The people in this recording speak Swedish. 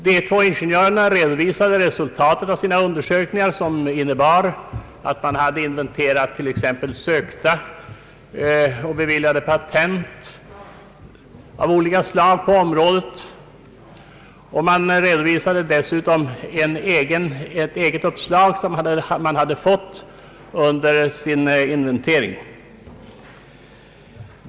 De två ingenjörerna genomgick bland annat sökta och beviljade patent i olika länder och redovisade dessutom ett eget uppslag som de fått under sin inventering.